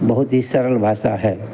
बहुत ही सरल भाषा है